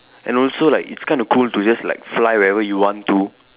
and also like it's kind of cool to just like fly wherever you want to